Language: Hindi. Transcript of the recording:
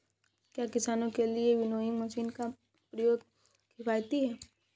क्या किसानों के लिए विनोइंग मशीन का प्रयोग किफायती है?